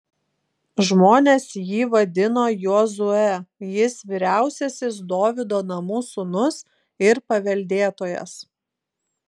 žmonės jį vadino jozue jis vyriausiasis dovydo namų sūnus ir paveldėtojas